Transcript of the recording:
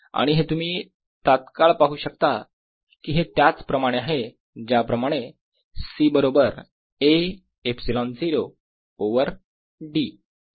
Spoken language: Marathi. आणि हे तुम्ही तात्काळ पाहू शकता की हे त्याच प्रमाणे आहे ज्याप्रमाणे C बरोबर A ε0 over d Total energy0V0V C dV12CV02 Energy density120E2।E।V0d Energy density120V0d2Total energyA